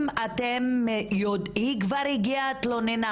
אם אתם היא כבר הגיעה אליכם והתלוננה